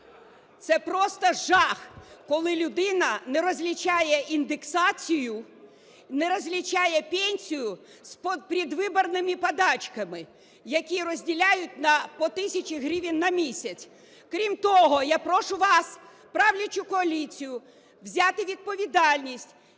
Це просто жах, коли людина не розлічає індексацію, не розлічає пенсію з передвиборними подачками, які розділяють по тисячі гривень на місяць. Крім того, я прошу вас, правлячу коаліцію, взяти відповідальність,